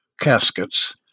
caskets